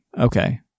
Okay